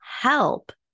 help